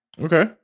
Okay